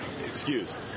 excuse